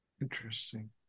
Interesting